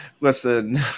Listen